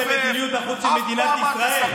בשביל מדיניות החוץ של מדינת ישראל.